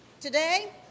Today